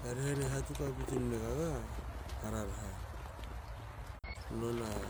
Erehene hatu kapi tunne gaga a rarha. Nona